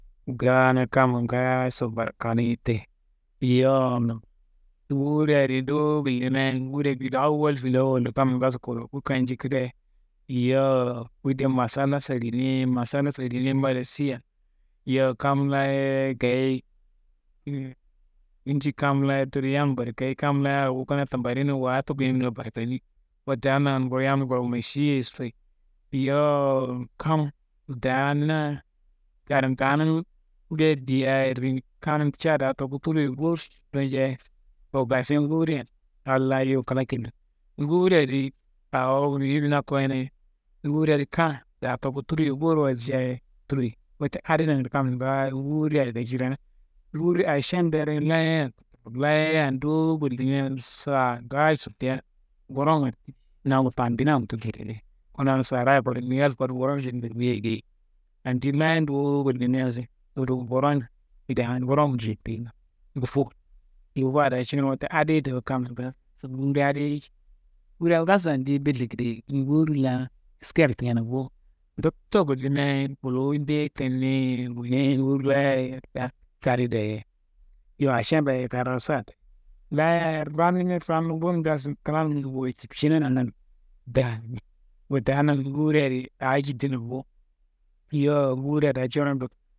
Ngaana kamma ngaaso barkanei te- ye, yowo nguri adi duwu gullimia ye nguri filawol filawollo kamma ngaaso kulku canci kidaye, yowo kude masalla salineye, masalla saline mbada sia. Yowo kam laa- ye (inetelligible) kam laa- ye tudu yam barkayi, kam laa- ye wu kanaa tummbarina waa tuku yim laa barkani. Wote adi nangando kuru yam nguro mašiye soyi, yowo kam daa na karinganumbe diaye rimi, kam ca daa toku turiyoyi bos njaye okasiyon ngurian kal laa yuwu kla killoyi. Nguri adi awo muhim na koyina, nguri adi kan daa toku turiyoyi boro waljaye turuwoyi. Wote adi nangando kamma ngaayo nguria dayi cirayina, nguri ašemmbero ye layayiya layayiya nduwu ngullimia saanga cittea ngurogun nangu tambinan tudu kuna saraáyi kodu nuwel kodu ngurongeden nguriyeiya geyi, andi laya nduwu gullimiaso tudu ngurodean nguron feteyi ngufu, ngufa daa curon wote adiyi do kam nguri adiyi, nguria ngaso andiyi billo kedaye, nguri laa kiskero tayena bo, ndotto gullimiaye kulundeye kanneiye, nguri laya ye kak kani daayei, yowo ašemmbe ye kam rassa, layaye rawunimi rawunumbun ngaaso klanummro wajibcina nangando. Wote adi nangando nguri adi aa cittina bo, yowo nguria daa coron